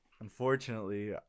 unfortunately